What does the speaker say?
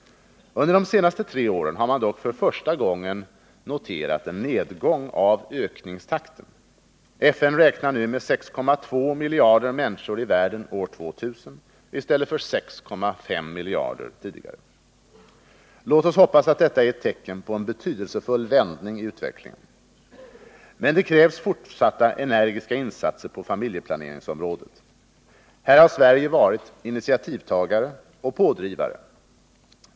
Under de senaste tre åren har man dock för första gången noterat en nedgång av ökningstakten. FN räknar nu med 6,2 miljarder människor i världen år 2000 i stället för 6,5 miljarder. Låt oss hoppas att detta är ett tecken på en betydelsefull vändning i utvecklingen. Men det krävs fortsatta energiska insatser på familjeplaneringsområdet. Här har Sverige varit initiativtagare och pådrivare.